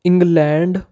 England